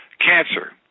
Cancer